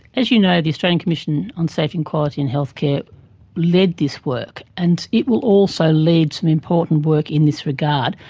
as you know, the australian commission on safety quality in healthcare led this work, and it will also lead some important work in this regard.